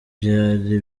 byari